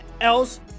else